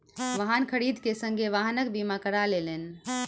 वाहन खरीद के संगे वाहनक बीमा करा लेलैन